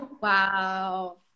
wow